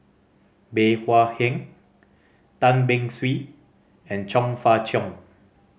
Bey Hua Heng Tan Beng Swee and Chong Fah Cheong